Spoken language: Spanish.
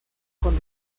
con